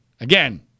Again